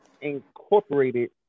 incorporated